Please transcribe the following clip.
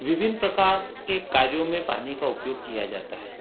विभिन्न प्रकार के कार्यो में पानी का उपयोग किया जाता है